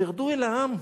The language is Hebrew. תרדו אל העם,